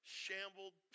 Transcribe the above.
shambled